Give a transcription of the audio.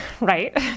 right